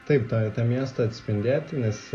taip tą tą miestą atspindėti nes